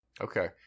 Okay